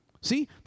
See